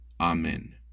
Amen